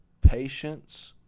patience